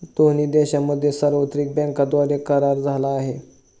दोन्ही देशांमध्ये सार्वत्रिक बँकांद्वारे करार झाला आहे